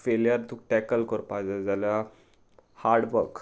failure तुका tackle करपा जाय जाल्यार हार्ड वर्क